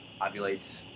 ovulates